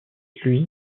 lui